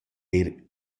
eir